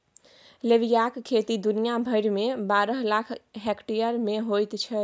लोबियाक खेती दुनिया भरिमे बारह लाख हेक्टेयर मे होइत छै